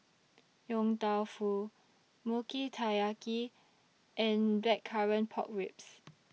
Yong Tau Foo Mochi Taiyaki and Blackcurrant Pork Ribs